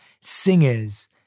singers